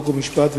חוק ומשפט,